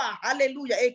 hallelujah